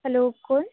hello कोण